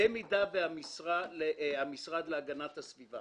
במידה והמשרד להגנת הסביבה